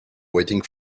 waiting